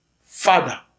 father